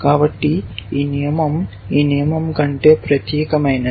కాబట్టి ఈ నియమం ఈ నియమం కంటే ప్రత్యేకమైనది